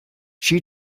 she